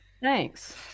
Thanks